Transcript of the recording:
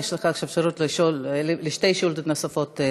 יש לך עכשיו אפשרות להשיב על שתי השאלות הנוספות.